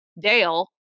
Dale